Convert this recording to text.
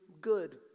good